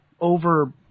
over